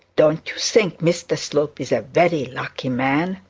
don't you think mr slope is a very lucky man